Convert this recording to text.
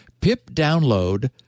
pip-download